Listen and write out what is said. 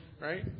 Right